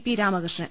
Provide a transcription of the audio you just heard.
P Ramakrishnan